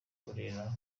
burera